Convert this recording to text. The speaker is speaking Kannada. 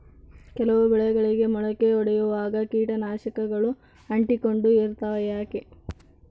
ಕೆಲವು ಬೆಳೆಗಳಿಗೆ ಮೊಳಕೆ ಒಡಿಯುವಾಗ ಕೇಟನಾಶಕಗಳು ಅಂಟಿಕೊಂಡು ಇರ್ತವ ಯಾಕೆ?